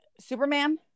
superman